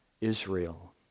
Israel